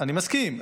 אני מסכים.